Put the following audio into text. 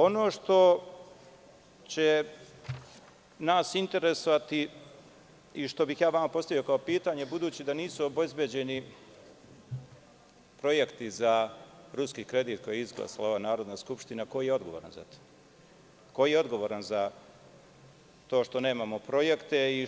Ono što će nas interesovati i što bih ja vama postavio pitanje, budući da nisu obezbeđeni projekti za ruski kredit koji je izglasala ova Narodna skupština - ko je odgovoran za to što nemamo projekte i